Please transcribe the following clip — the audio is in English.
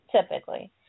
typically